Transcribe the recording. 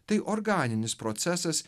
tai organinis procesas